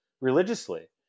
religiously